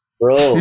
bro